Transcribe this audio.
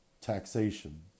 taxation